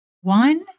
One